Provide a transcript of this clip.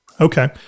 Okay